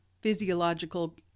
physiological